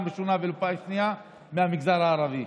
הראשונה ולא בפעם השנייה הם מהמגזר הערבי.